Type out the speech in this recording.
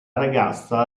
ragazza